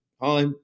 Hi